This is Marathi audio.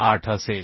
8 असेल